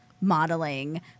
modeling